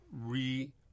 re